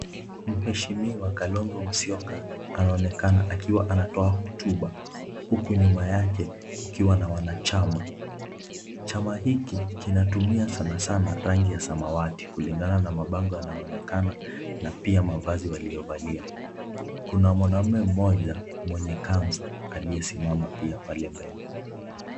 Mheshimiwa Kalonzo Musyoka anaonekana akiwa anatoa hotuba, huku nyuma yake kukiwa na wanachama. Chama hiki kinatumia sanasana rangi ya samawati, kulingana na mabango yanayoonekana na pia mavazi waliovalia. Kuna mwanaume mmoja mwenye kanzu aliyesimama pia pale mbela.